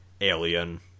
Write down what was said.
Alien